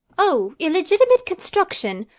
o illegitimate construction!